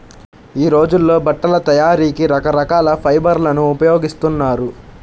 యీ రోజుల్లో బట్టల తయారీకి రకరకాల ఫైబర్లను ఉపయోగిస్తున్నారు